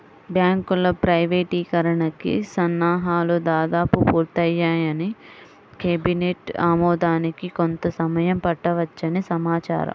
బ్యాంకుల ప్రైవేటీకరణకి సన్నాహాలు దాదాపు పూర్తయ్యాయని, కేబినెట్ ఆమోదానికి కొంత సమయం పట్టవచ్చని సమాచారం